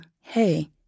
hey